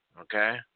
okay